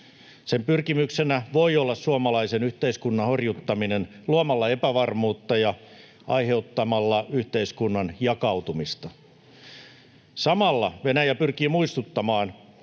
Sen pyrkimyksenä voi olla suomalaisen yhteiskunnan horjuttaminen luomalla epävarmuutta ja aiheuttamalla yhteiskunnan jakautumista. Samalla Venäjä pyrkii muistuttamaan,